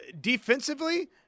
Defensively